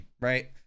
right